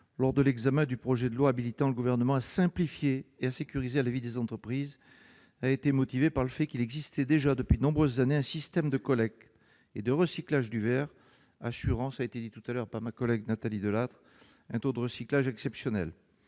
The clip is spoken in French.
de l'examen du projet de loi habilitant le Gouvernement à simplifier et sécuriser la vie des entreprises et motivée par le fait qu'il existait déjà, depuis de nombreuses années, un système de collecte et de recyclage du verre atteignant, cela a été souligné par ma collègue Nathalie Delattre, des taux exceptionnels,